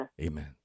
Amen